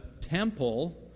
temple